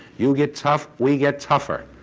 you get tough, we get tougher.